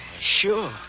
Sure